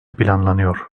planlanıyor